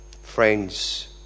friends